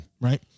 Right